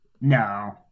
No